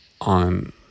on